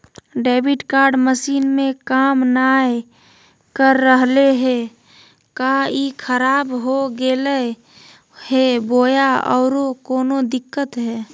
Debit card machine में काम नाय कर रहले है, का ई खराब हो गेलै है बोया औरों कोनो दिक्कत है?